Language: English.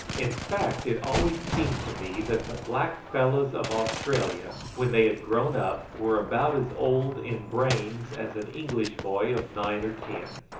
in fact it always seemed to me that the black fellows of australia, when they had grown up, were about as old in brains as an english boy of nine or ten.